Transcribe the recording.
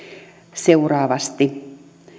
seuraavasti